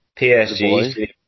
PSG